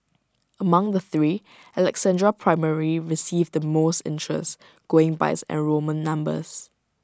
among the three Alexandra primary received the most interest going by its enrolment numbers